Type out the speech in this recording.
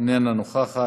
אינה נוכחת,